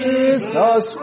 Jesus